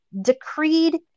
decreed